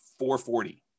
440